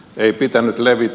ei pitänyt levitä